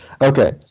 Okay